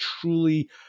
truly